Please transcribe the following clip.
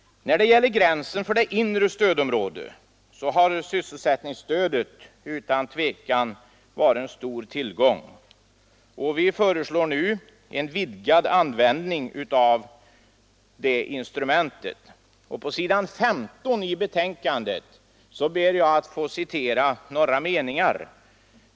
När det gäller gränsen för det inre stödområdet har sysselsättningsstödet utan tvivel varit en stor tillgång. Vi föreslår nu en vidgad användning av detta instrument. Jag ber att få citera några meningar på s. 15 i betänkandet.